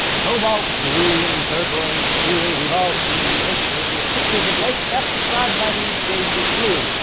cobalt, cerulean, turquoise, teal! we've all seen lakes, or at least pictures of lakes, best described by these shades of blue.